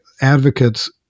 advocates